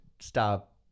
stop